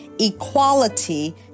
Equality